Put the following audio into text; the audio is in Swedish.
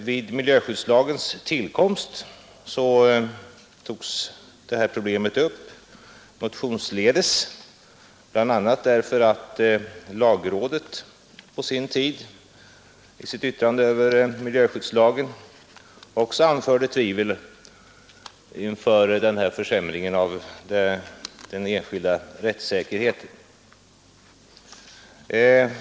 Vid miljöskyddslagens tillkomst togs detta problem upp motionsledes, bl.a. därför att lagrådet i sitt yttrande över förslaget till miljöskyddslag också anförde betänkligheter när det gällde denna försämring av den enskildes rättssäkerhet.